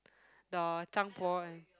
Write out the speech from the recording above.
the